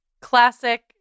Classic